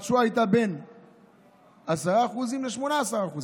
התשואה הייתה 10% 18%